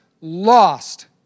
lost